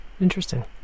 Interesting